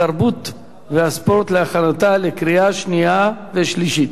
התרבות והספורט להכנתה לקריאה שנייה ושלישית.